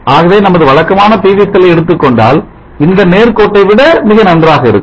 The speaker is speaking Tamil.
ஆகவே நமது வழக்கமான PV செல்லை எடுத்துக்கொண்டால் இந்த நேர்கோட்டை விட மிக நன்றாக இருக்கும்